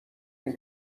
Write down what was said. این